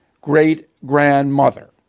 great-grandmother